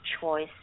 choice